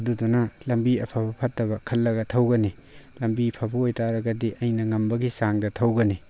ꯑꯗꯨꯗꯨꯅ ꯂꯝꯕꯤ ꯑꯐꯕ ꯐꯠꯇꯕ ꯈꯜꯂꯒ ꯊꯧꯒꯅꯤ ꯂꯝꯕꯤ ꯑꯐꯕ ꯑꯣꯏꯇꯥꯔꯒꯗꯤ ꯑꯩꯅ ꯉꯝꯕꯒꯤ ꯆꯥꯡꯗ ꯊꯧꯒꯅꯤ